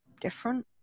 different